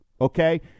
okay